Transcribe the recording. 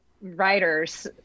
writers